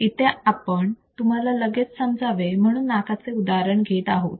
इथे आपण तुम्हाला लगेच समजावे म्हणून नाकाचे उदाहरण घेत आहोत